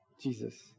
Jesus